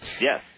Yes